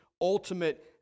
ultimate